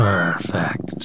Perfect